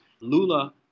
Lula